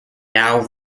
now